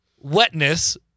wetness